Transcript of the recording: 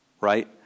Right